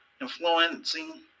influencing